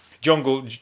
jungle